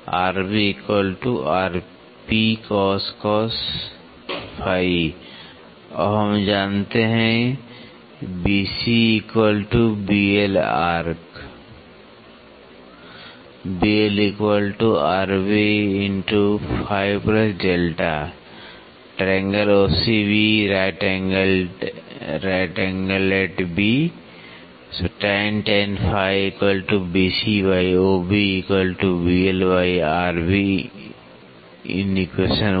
अब हम जानते हैं BC BL BL right angled at B in equation Pressure